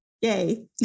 Yay